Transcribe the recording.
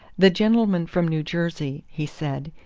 the gentleman from new jersey, he said,